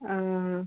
ആ